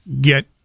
get